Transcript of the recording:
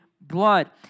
blood